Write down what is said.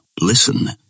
Listen